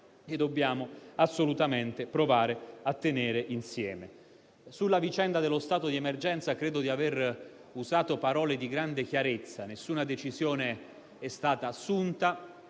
che dobbiamo assolutamente provare a tenere insieme. Sulla vicenda dello stato di emergenza credo di aver usato parole di grande chiarezza: nessuna decisione è stata assunta.